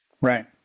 Right